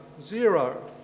zero